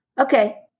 Okay